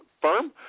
firm